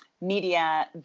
media